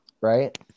Right